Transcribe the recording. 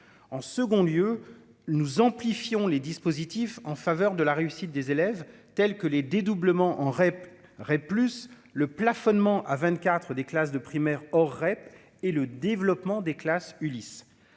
en second lieu nous amplifions les dispositifs en faveur de la réussite des élèves tels que les dédoublements en REP, plus le plafonnement à 24 des classes de primaire aurait et le développement des classes Ulis